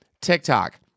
TikTok